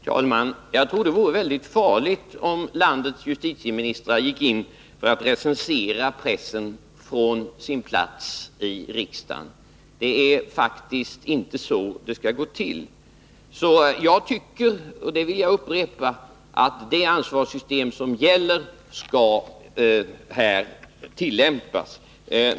Herr talman! Jag tror det vore mycket farligt om justitieministrar här i landet gick in för att recensera pressen från sin plats i riksdagen. Det är faktiskt inte så det skall gå till. Jag tycker — det vill jag upprepa — att det ansvarssystem som gäller skall tillämpas.